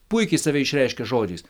puikiai save išreiškia žodžiais